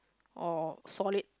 or solid